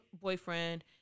boyfriend